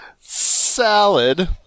salad